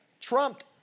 trumped